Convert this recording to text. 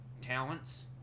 talents